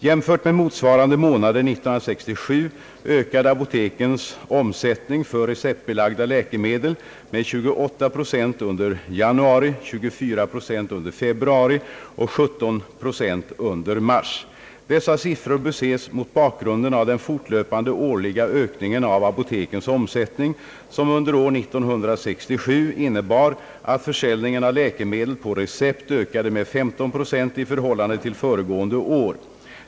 Jämfört med motsvarande månader 1967 ökade apotekens omsättning för receptbelagda läkemedel med 28 procent under januari, 24 procent under februari och 17 procent under mars, Dessa siffror bör ses mot bakgrunden av den fortlöpande årliga ökningen av apotekens omsättning, som under år 1967 innebar att försäljningen av läkemedel på recept ökade med 15 procent i förhållande till föregående år.